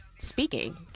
Speaking